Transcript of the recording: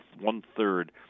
one-third